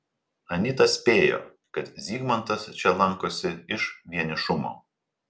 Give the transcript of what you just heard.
anita spėjo kad zygmantas čia lankosi iš vienišumo